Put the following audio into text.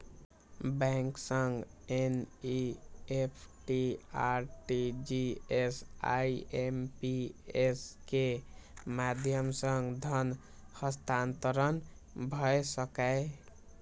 bank सं NEFT, RTGS, IMPS के माध्यम सं धन हस्तांतरण भए सकैए